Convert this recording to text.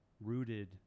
rooted